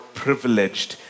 privileged